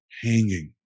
hanging